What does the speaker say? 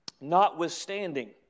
Notwithstanding